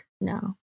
No